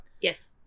yes